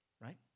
right